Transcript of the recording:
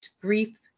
Grief